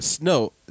No